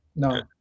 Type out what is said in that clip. No